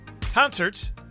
Concerts